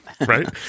right